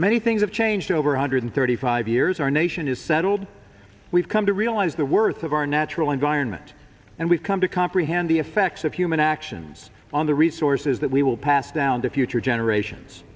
many things have changed over one hundred thirty five years our nation is settled we've come to realize the worth of our natural environment and we've come to comprehend the effects of human actions on the resources that we will pass down to future generations